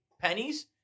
pennies